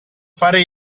fare